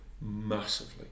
Massively